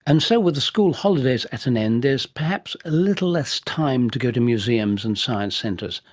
and so with the school holidays at an end there is perhaps a little less time to go to museums and science centres,